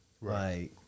Right